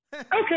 Okay